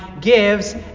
gives